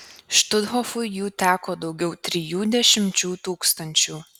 štuthofui jų teko daugiau trijų dešimčių tūkstančių